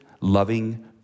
loving